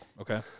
Okay